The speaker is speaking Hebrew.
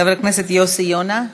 חבר הכנסת יוסי יונה.